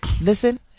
listen